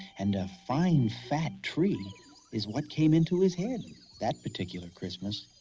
and a fine fat tree is what came into his head that particular christmas.